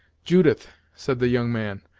judith, said the young man,